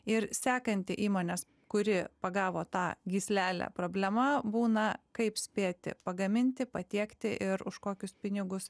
ir sekanti įmonės kuri pagavo tą gyslelę problema būna kaip spėti pagaminti patiekti ir už kokius pinigus